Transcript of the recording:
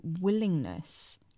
willingness